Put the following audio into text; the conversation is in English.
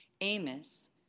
Amos